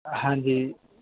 ਹਾਂਜੀ